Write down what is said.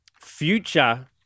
Future